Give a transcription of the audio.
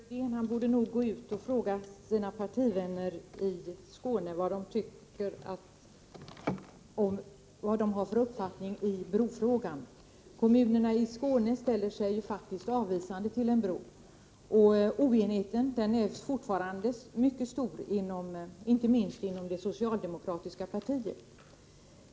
Fru talman! Lars-Erik Lövdén borde nog gå ut och fråga sina partivänner i Skåne vad de har för uppfattning i brofrågan. Kommunerna i Skåne ställer sig faktiskt avvisande till en bro. Oenigheten är fortfarande mycket stor, inte minst inom det socialdemokratiska partiet.